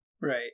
Right